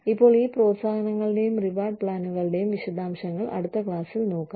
ഇപ്പോൾ ഈ പ്രോത്സാഹനങ്ങളുടെയും റിവാർഡ് പ്ലാനുകളുടെയും വിശദാംശങ്ങൾ അടുത്ത ക്ലാസിൽ നോക്കാം